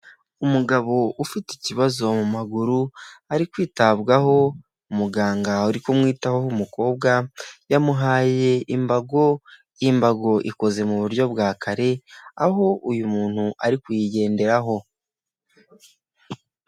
Umugabo ufite ikibazo mu maguru ari kwitabwaho, muganga uri kumwitahoho w'umukobwa yamuhaye imbago, imbago ikoze mu buryo bwa kare aho uyu muntu ari kuyigenderaho.